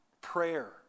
prayer